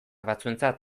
batzuentzat